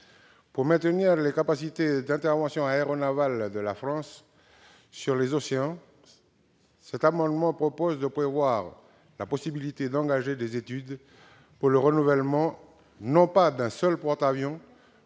Pour maintenir les capacités d'intervention aéronavale de la France sur les océans, cet amendement tend à prévoir la possibilité d'engager des études pour le renouvellement, non pas d'un, mais